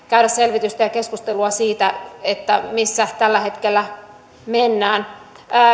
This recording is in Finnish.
käydä selvitystä ja keskustelua siitä missä tällä hetkellä mennään